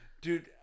Dude